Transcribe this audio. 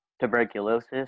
Tuberculosis